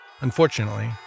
Unfortunately